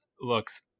looks